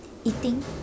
eating